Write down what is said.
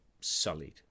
sullied